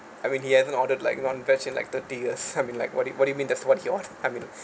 and when he hasn't ordered like non-veg in like thirty years I mean like what do you what do you mean that's what he order I mean